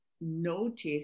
notice